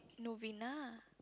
Novena